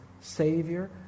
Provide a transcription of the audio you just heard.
savior